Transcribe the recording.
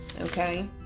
Okay